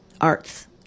arts